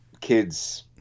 kids